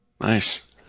Nice